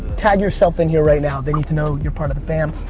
tag yourself in here right now. they need to know you're part of the fam.